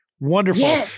Wonderful